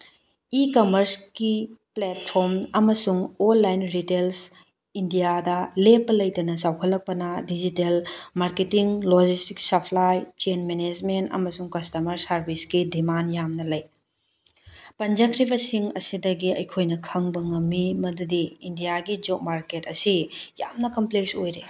E ꯀꯃꯔꯁꯀꯤ platform ꯑꯃꯁꯨꯡ online retails ꯏꯟꯗꯤꯌꯥꯗ ꯂꯦꯞꯄ ꯂꯩꯇꯅ ꯆꯥꯎꯈꯠꯂꯛꯄꯅ digital marketing logistic supply chain management ꯑꯃꯁꯨꯡ ꯀꯁꯇꯃꯔ ꯁꯥꯔꯚꯤꯁꯀꯤ ꯗꯤꯃꯥꯟ ꯌꯥꯝꯅ ꯂꯩ ꯄꯟꯖꯈ꯭ꯔꯤꯕꯁꯤꯡ ꯑꯁꯤꯗꯒꯤ ꯑꯩꯈꯣꯏꯅ ꯈꯪꯕ ꯉꯝꯃꯤ ꯃꯗꯨꯗꯤ ꯏꯟꯗꯤꯌꯥꯒꯤ ꯖꯣꯕ ꯃꯥꯔꯀꯦꯠ ꯑꯁꯤ ꯌꯥꯝꯅ ꯀꯝꯄ꯭ꯂꯦꯛꯁ ꯑꯣꯏꯔꯦ